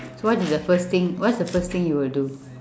so what is the first thing what's the first thing you will do